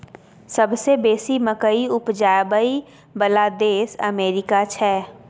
सबसे बेसी मकइ उपजाबइ बला देश अमेरिका छै